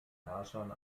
herrschern